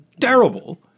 terrible